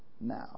now